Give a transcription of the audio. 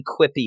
quippy